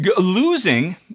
losing